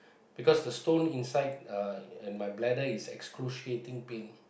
because the stone inside uh in my bladder is excruciating pain